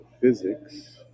Physics